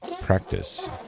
practice